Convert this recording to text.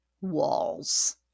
walls